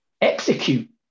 execute